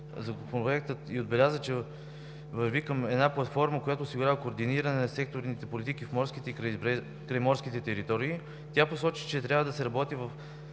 Законопроекта и отбеляза, че се върви към една платформа, която осигурява координиране на секторните политики в морските и крайморски територии. Тя посочи, че трябва да се работи